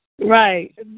Right